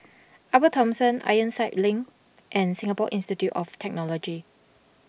Upper Thomson Ironside Link and Singapore Institute of Technology